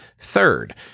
Third